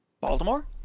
Baltimore